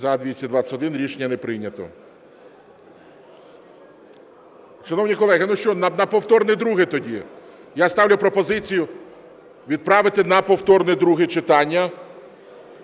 За-221 Рішення не прийнято. Шановні колеги, ну що, на повторне друге тоді? Я ставлю пропозицію відправити на повторне друге читання